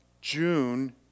June